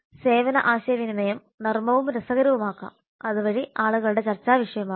സേവന ആശയവിനിമയം നർമ്മവും രസകരവുമാകാം അതുവഴി ആളുകളുടെ ചർച്ചാവിഷയമാകും